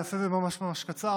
אני אעשה את זה ממש ממש קצר.